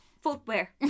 footwear